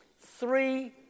Three